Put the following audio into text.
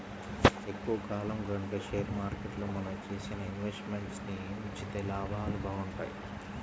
ఎక్కువ కాలం గనక షేర్ మార్కెట్లో మనం చేసిన ఇన్వెస్ట్ మెంట్స్ ని ఉంచితే లాభాలు బాగుంటాయి